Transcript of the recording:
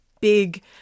big